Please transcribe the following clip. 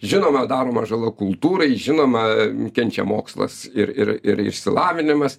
žinoma daroma žala kultūrai žinoma kenčia mokslas ir ir ir išsilavinimas